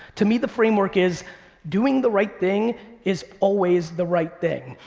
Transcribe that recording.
to me the framework is doing the right thing is always the right thing.